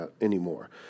anymore